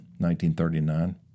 1939